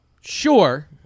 Sure